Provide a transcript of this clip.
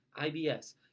IBS